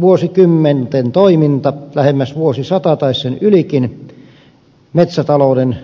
vuosikymmenten toiminta lähemmäs vuosisata tai sen ylikin metsätalouden perusasia